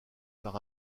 par